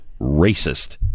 racist